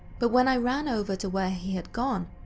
but when i ran over to where he had gone,